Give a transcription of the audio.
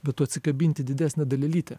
bet tu atsikabinti didesnę dalelytę